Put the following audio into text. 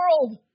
world